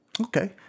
Okay